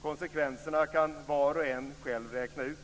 Konsekvenserna kan var och en själv räkna ut.